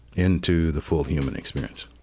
into the full human experience